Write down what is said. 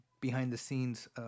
behind-the-scenes